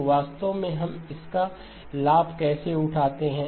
तो वास्तव में हम इसका लाभ कैसे उठाते हैं